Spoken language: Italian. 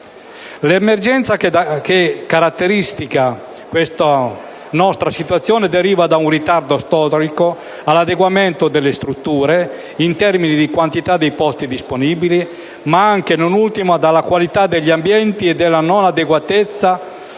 L'emergenza che caratterizza questa nostra situazione deriva da un ritardo storico nell'adeguamento delle strutture in termini di quantità di posti disponibili, ma anche, e non ultimo, di qualità degli ambienti e di inadeguatezza